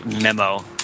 memo